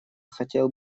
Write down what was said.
хотел